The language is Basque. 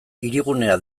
hirigunea